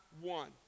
one